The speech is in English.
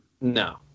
no